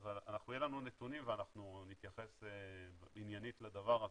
אבל יהיו לנו נתונים ואנחנו נתייחס עניינית לדבר הזה,